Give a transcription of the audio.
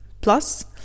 plus